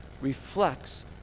reflects